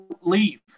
leave